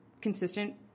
consistent